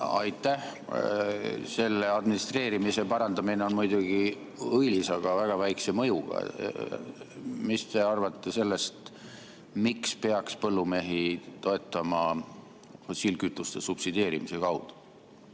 Aitäh! Selle administreerimise parandamine on muidugi õilis, aga väga väikse mõjuga. Mis te arvate sellest, miks peaks põllumehi toetama fossiilkütuste subsideerimise kaudu?